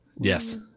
Yes